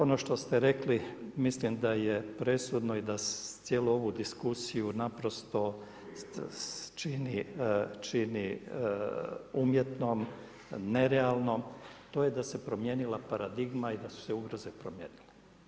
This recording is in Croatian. Ono što ste rekli, mislim da je presudno i da cijelu ovu diskusiju čini umjetnom, nerealnom, to je da se promijenila paradigma i da su se ugroze promijenile.